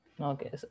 Okay